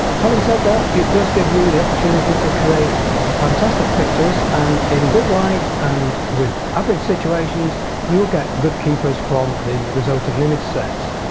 having said that it does give you the opportunity to create fantastic pictures and in good light and with average situations you'll get good keepers from the resulting image sets.